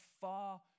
far